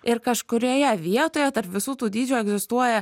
ir kažkurioje vietoje tarp visų tų dydžių egzistuoja